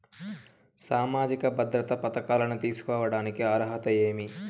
సామాజిక భద్రత పథకాలను తీసుకోడానికి అర్హతలు ఏమి?